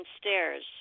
stairs